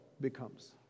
becomes